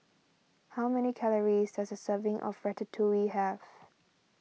how many calories does a serving of Ratatouille have